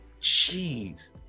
jeez